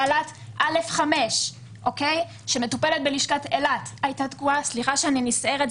בעלת א5 שמטופלת בלשכת אילת סליחה שאני נסערת,